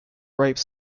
ripe